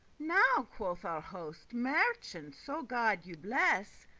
now, quoth our host, merchant, so god you bless,